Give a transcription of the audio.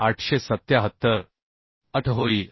8 होईल